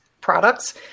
products